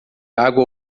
água